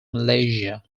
malaysia